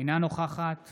אינה נוכחת